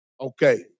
Okay